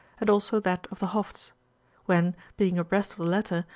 and also that of the hofts when, being abreast of the latter,